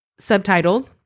subtitled